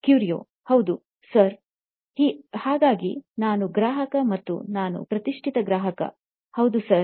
ಕ್ಯೂರಿಯೊ ಹೌದು ಸರ್ ಹಾಗಾಗಿ ನಾನು ಗ್ರಾಹಕ ಮತ್ತು ನಾನು ಪ್ರತಿಷ್ಠಿತ ಗ್ರಾಹಕ ಹೌದು ಸರ್